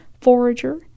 forager